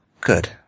Good